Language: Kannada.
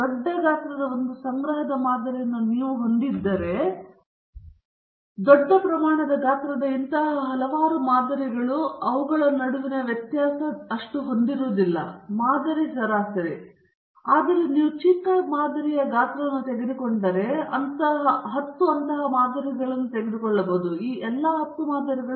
ದೊಡ್ಡ ಗಾತ್ರದ ಒಂದು ಸಂಗ್ರಹದ ಮಾದರಿಯನ್ನು ನೀವು ಹೊಂದಿದ್ದರೆ ದೊಡ್ಡ ಪ್ರಮಾಣದ ಗಾತ್ರದ ಇಂತಹ ಹಲವಾರು ಮಾದರಿಗಳು ಅವುಗಳ ನಡುವಿನ ವ್ಯತ್ಯಾಸವನ್ನು ಹೊಂದಿರುವುದಿಲ್ಲ ಮಾದರಿ ಸರಾಸರಿ ಆದರೆ ನೀವು ಒಂದು ಚಿಕ್ಕ ಮಾದರಿ ಗಾತ್ರವನ್ನು ತೆಗೆದುಕೊಂಡರೆ ಮತ್ತು ನೀವು ಹತ್ತು ಅಂತಹ ಮಾದರಿಗಳನ್ನು ತೆಗೆದುಕೊಳ್ಳಬಹುದು ಈ ಎಲ್ಲಾ ಹತ್ತು ಮಾದರಿಗಳು ವಿಭಿನ್ನ ವಿಧಾನಗಳನ್ನು ಹೊಂದಿರುವ ಒಂದು ಬಲವಾದ ಅವಕಾಶವಿದೆ